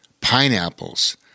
pineapples